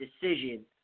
decision